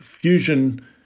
fusion